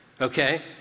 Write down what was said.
Okay